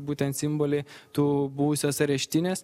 būtent simboliai tų buvusios areštinės